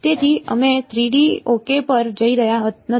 તેથી અમે 3D okay પર જઈ રહ્યા નથી